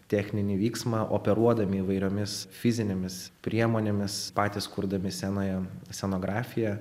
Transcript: techninį vyksmą operuodami įvairiomis fizinėmis priemonėmis patys kurdami scenoje scenografiją